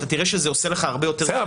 בסדר,